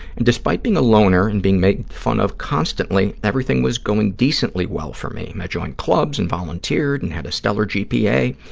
and despite being a loner and being made fun of constantly, everything was going decently well for me. i joined clubs and volunteered and had a stellar gpa.